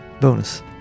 bonus